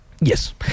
Yes